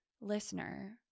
listener